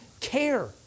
care